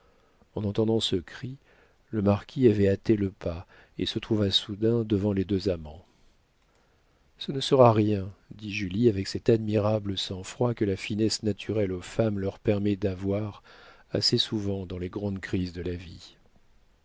en entendant ce cri le marquis avait hâté le pas et se trouva soudain devant les deux amants ce ne sera rien dit julie avec cet admirable sang-froid que la finesse naturelle aux femmes leur permet d'avoir assez souvent dans les grandes crises de la vie